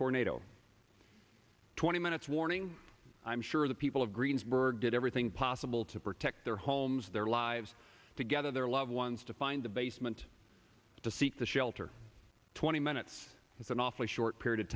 tornado twenty minutes warning i'm sure the people of greensburg did everything possible to protect their homes their lives together their loved ones to find the basement to seek the shelter twenty minutes it's an awfully short period of